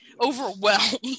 overwhelmed